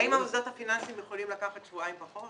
האם המוסדות הפיננסיים יכולים לקחת שבועיים פחות?